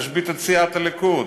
תשבית את סיעת הליכוד.